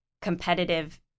competitive